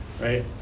right